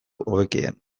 hobekien